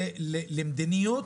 על עצמנו.